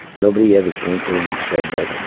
nobody ever came to them and said that,